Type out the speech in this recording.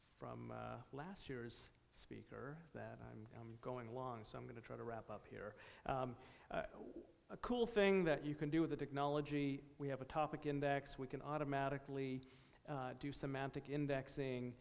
from last year's speaker that i'm going along so i'm going to try to wrap up here what a cool thing that you can do with the technology we have a topic index we can automatically do semantic indexing